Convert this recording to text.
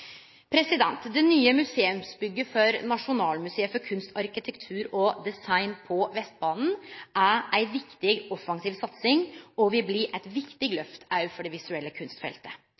Det nye museumsbygget for Nasjonalmuseet for kunst, arkitektur og design på Vestbanen er ei viktig, offensiv satsing og vil bli eit viktig lyft òg for det visuelle kunstfeltet.